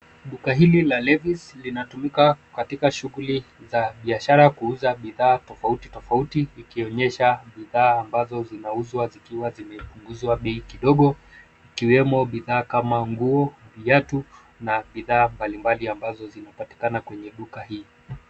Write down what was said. Duka hili la Levis linatumika katika shughuli za biashara kuuza bidhaa tofauti tofauti, ikionyesha bidhaa ambazo zinauzwa zikiwa zimepunguzwa bei kidogo, ikiwemo bidhaa kama: nguo, viatu na bidhaa mbali mbali ambazo zinapatikana kwenye duka hii.